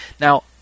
now